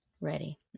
Ready